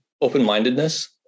open-mindedness